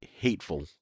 hateful